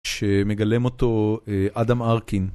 שמגלם אותו אדם ארקין.